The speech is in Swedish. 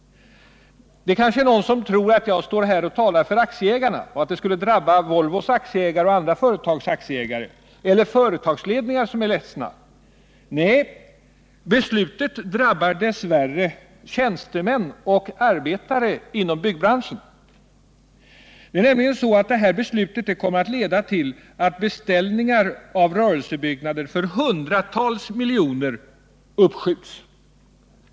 Någon kanske tror att jag står här och talar enbart för aktieägarna och att jag menar att det skulle drabba enbart Volvos aktieägare och andra företags aktieägare eller företagsledningar. Nej, beslutet drabbar dess värre också tjänstemän och arbetare inom byggbranschen. Det är nämligen så att det här beslutet kommer att leda till att beställningar av rörelsebyggnader för hundratals miljoner uppskjuts.